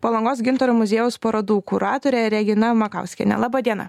palangos gintaro muziejaus parodų kuratore regina makauskiene laba diena